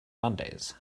mondays